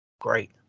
great